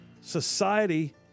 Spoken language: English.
Society